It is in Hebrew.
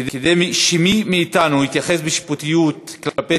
כדי שמי מאתנו יתייחס בשיפוטיות כלפי